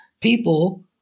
People